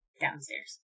downstairs